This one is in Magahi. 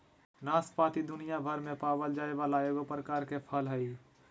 नाशपाती दुनियाभर में पावल जाये वाला एगो प्रकार के फल हइ